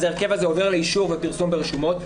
אז ההרכב הזה עובר לאישור ופרסום ברשומות.